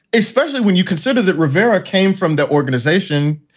especially when you consider that rivera came from the organization.